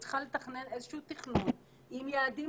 היא צריכה לתכנן איזה שהוא תכנון עם יעדים